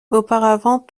auparavant